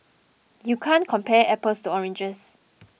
you can't compare apples to oranges